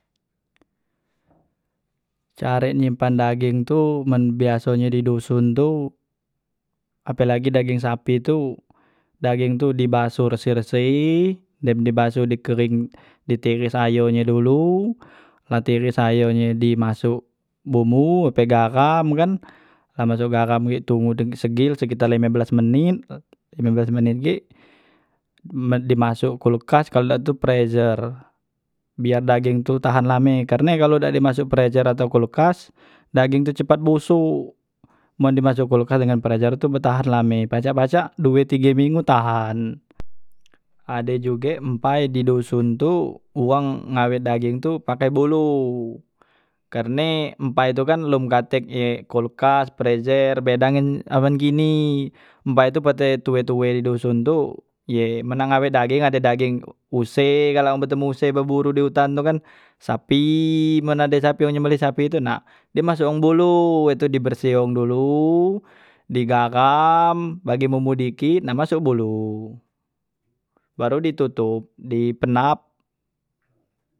Care nyimpan dageng tu man biasonye di doson tu apelagi dageng sapi tu, dageng tu di basoh reseh- reseh dem di basoh di kereng, di teres ayo nyo dulu, la teres ayo nye di masok bumbu ape garam kan, la masok garam gek tunggu te segil cak lime belas menit, lime belas menit gek, men- di masok kulkas kalu dak tu frezer biar dageng tu tahan lame karne kalu dak di masok frezer ato kulkas dageng tu cepat bosok man di masok kulkas dengan frezer tu betahan lame, pacak- pacak due tige minggu tahan, ade juge empai di doson tu uwang ngambek dageng tu pake bolo karne empai tu kan lom katek ye kulkas, frezer beda ngan amen gini empai tu pete tue- tue di doson tu ye men nak ngambek dageng, ade dageng use kalu wang betemu use beburu di utan tu kan, sapi men ade sapi tu nah di masok wong bolo he tu, di bersi wong dulu di garam bagi bombo dikit nah masok bolo baru di totop di penap.